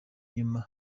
inyuma